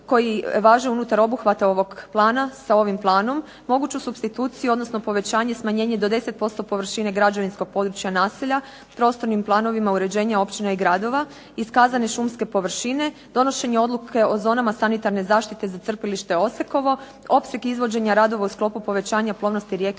koji važe unutar obuhvata ovog plana sa ovim planom, moguću supstituciju, odnosno povećanje i smanjenje do 10% površine građevinskog područja naselja, prostornim planovima uređenja općina i gradova, iskazane šumske površine, donošenje odluke o zonama sanitarne zaštite za crpilište Osekovo, opseg izvođenja radova u sklopu povećanja plovnosti rijeke